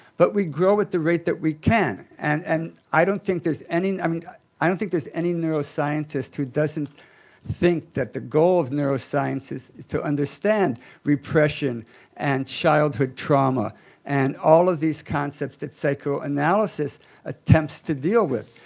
but we grow at the rate that we can. and and i don't think there's any i mean i don't think there's any neuroscientist who doesn't think that the goal of neuroscience is to understand repression and childhood trauma and all of these concepts that psychoanalysis attempts to deal with.